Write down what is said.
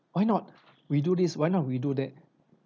why not we do this why not we do that